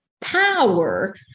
power